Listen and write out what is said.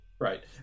right